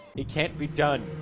it can't be done.